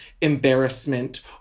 embarrassment